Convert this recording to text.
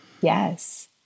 Yes